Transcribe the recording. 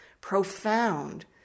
profound